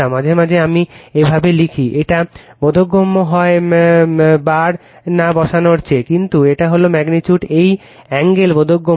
মাঝে মাঝে আমি এভাবে লিখি Refer Time 1750 এটা বোধগম্য হয় বার না বসানোর চেয়ে Refer Time 1754 কিন্তু এটা হল ম্যাগনিচুড এই অ্যাঙ্গেল বোধগম্য